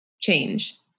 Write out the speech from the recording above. change